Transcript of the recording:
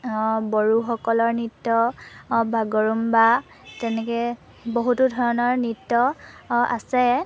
বড়োসকলৰ নৃত্য বাগৰুম্বা তেনেকৈ বহুতো ধৰণৰ নৃত্য আছে